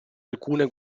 alcune